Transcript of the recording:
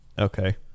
Okay